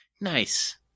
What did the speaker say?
Nice